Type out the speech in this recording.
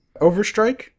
Overstrike